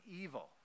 evil